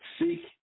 Seek